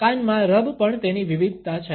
કાનમાં રબ પણ તેની વિવિધતા છે